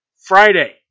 Friday